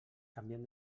canviem